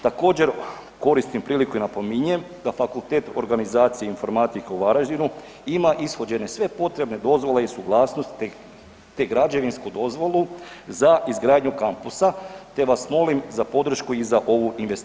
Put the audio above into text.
Također koristim priliku i napominjem da Fakultet organizacije i informatike u Varaždinu ima ishođene sve potrebne dozvole i suglasnosti te građevinsku dozvolu za izgradnju kampusa te vas molim za podršku i za ovu investiciju.